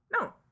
No